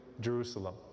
Jerusalem